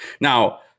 Now